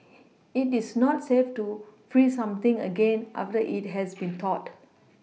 it is not safe to freeze something again after it has been thawed